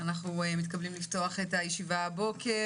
אנחנו מתכבדים לפתוח את הישיבה הבוקר.